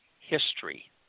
history